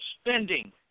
spending